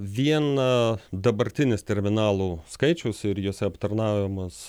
vien dabartinis terminalų skaičius ir juose aptarnaujamas